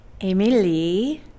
Emily